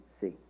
see